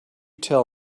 tell